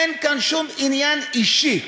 אין כאן שום עניין אישי.